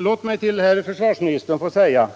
Låt mig till herr försvarsministern få säga,